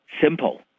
Simple